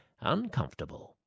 uncomfortable